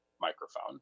microphone